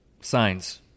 signs